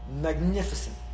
Magnificent